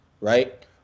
right